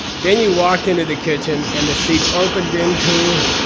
then you walked into the kitchen and the seed opened into?